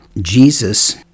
Jesus